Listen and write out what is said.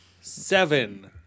seven